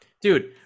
dude